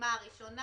הפעימה הראשונה.